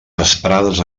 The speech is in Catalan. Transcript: vesprades